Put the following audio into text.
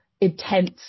intense